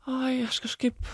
ai aš kažkaip